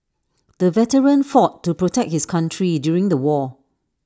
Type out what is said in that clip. the veteran fought to protect his country during the war